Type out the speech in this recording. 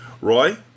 Roy